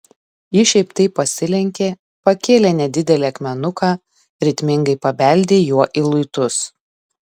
ji šiaip taip pasilenkė pakėlė nedidelį akmenuką ritmingai pabeldė juo į luitus